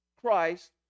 Christ